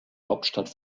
hauptstadt